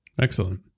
Excellent